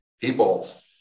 peoples